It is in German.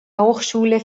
hochschule